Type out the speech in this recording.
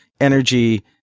energy